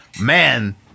man